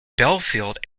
belfield